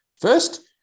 First